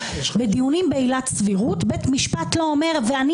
בדיונים בעילת סבירות בית משפט לא אומר: ואני